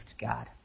God